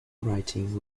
writing